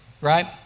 right